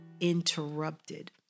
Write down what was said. interrupted